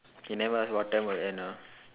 you never ask what time will end ah